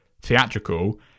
theatrical